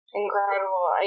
incredible